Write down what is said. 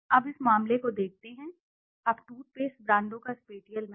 अब इस मामले को देखते हैं अब टूथपेस्ट ब्रांडों का स्पेटिअल मैप